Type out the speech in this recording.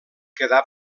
quedà